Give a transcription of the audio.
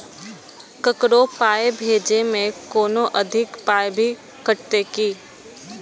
ककरो पाय भेजै मे कोनो अधिक पाय भी कटतै की?